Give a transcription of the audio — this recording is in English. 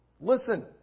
listen